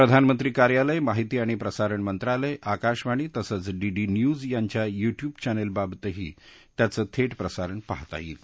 प्रधानमंत्री कार्यालय माहिती आणि प्रसारण मंत्रालय आकाशवाणी तसंच डीडी न्यूज यांच्या यूट्यूब चक्किप्राबतही याचं थंट प्रसारण पाहता यईते